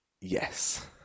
Yes